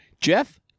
Jeff